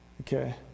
Okay